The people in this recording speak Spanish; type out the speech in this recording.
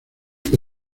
que